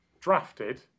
drafted